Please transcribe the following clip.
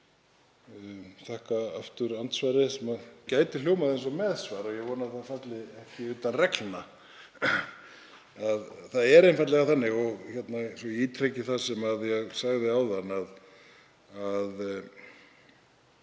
þakka aftur andsvarið sem gæti hljómað eins og meðsvar, en ég vona að það falli ekki utan reglna. Það er einfaldlega þannig, svo að ég ítreki það sem ég sagði áðan, að